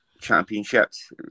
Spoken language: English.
championships